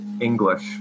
English